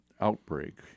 outbreak